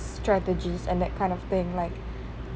strategies and that kind of thing like